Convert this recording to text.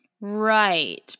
Right